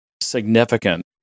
significant